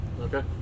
Okay